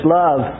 love